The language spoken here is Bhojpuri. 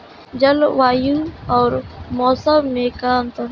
जलवायु अउर मौसम में का अंतर ह?